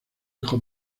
hijo